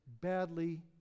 badly